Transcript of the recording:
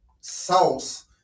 sauce